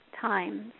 times